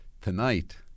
Tonight